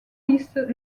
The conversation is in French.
lisses